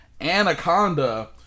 Anaconda